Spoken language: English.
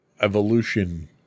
evolution